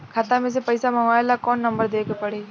खाता मे से पईसा मँगवावे ला कौन नंबर देवे के पड़ी?